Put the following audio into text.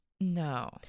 No